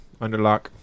Underlock